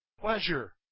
pleasure